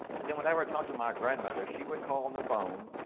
and then whenever i talked to my grandmother, she would call on the phone,